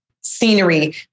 scenery